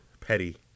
Petty